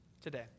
today